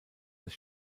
des